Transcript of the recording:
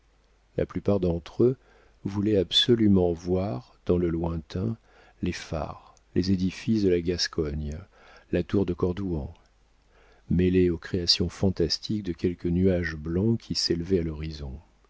la plupart d'entre eux voulaient absolument voir dans le lointain les phares les édifices de la gascogne la tour de cordouan mêlés aux créations fantastiques de quelques nuages blancs qui s'élevaient à l'horizon